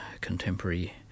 contemporary